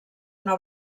una